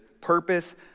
purpose